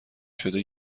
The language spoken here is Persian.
شده